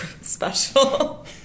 special